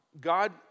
God